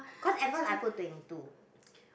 cause at first I put twenty two